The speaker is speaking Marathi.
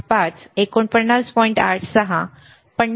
86 50 हर्ट्झ जवळ बरोबर